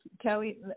Kelly